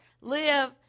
live